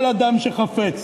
כל אדם שחפץ